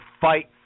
fight